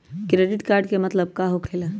Credit card के मतलब का होकेला?